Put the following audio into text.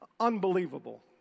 unbelievable